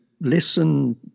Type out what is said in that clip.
listen